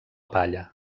palla